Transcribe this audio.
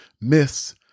myths